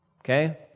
Okay